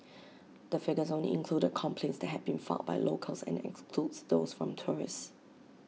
the figures only included complaints that had been filed by locals and excludes those from tourists